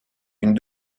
une